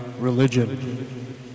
religion